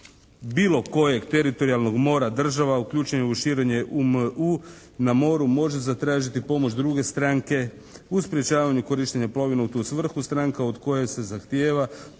bilo kojeg teritorijalnog mora država, uključena u širenje na moru može zatražiti pomoć druge stranke u sprječavanju korištenja plovila u tu svrhu. Stranka od koje se zahtijeva